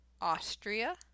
Austria